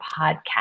Podcast